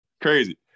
crazy